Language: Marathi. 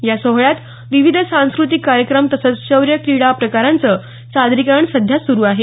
या सोहळ्यात विविध सांस्कृतिक कार्यक्रम तसंच शौर्य क्रीडा प्रकारांचं सादरीकरण सध्या सुरू आहे